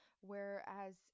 Whereas